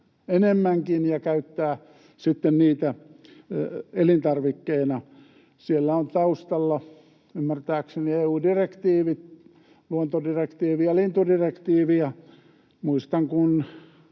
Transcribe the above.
enemmänkin ja käyttää niitä sitten elintarvikkeena. Siellä on taustalla ymmärtääkseni EU-direktiivit, luontodirektiivi ja lintudirektiivi, ja muistan, kun